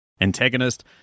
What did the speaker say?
antagonist